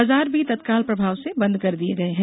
बाजार भी तत्काल प्रभाव से बंद कर दिया गया है